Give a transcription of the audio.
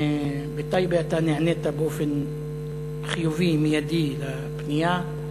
בטייבה נענית באופן חיובי, מיידי, לפנייה.